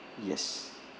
yes